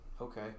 Okay